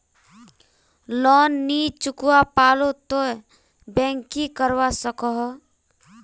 Loan नी चुकवा पालो ते बैंक की करवा सकोहो?